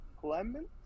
Clement